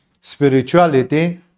spirituality